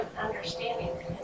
understanding